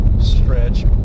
stretch